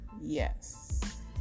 Yes